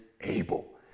able